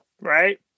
right